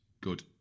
Good